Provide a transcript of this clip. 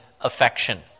affection